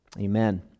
Amen